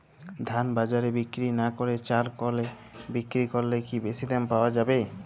ধান বাজারে বিক্রি না করে চাল কলে বিক্রি করলে কি বেশী দাম পাওয়া যাবে?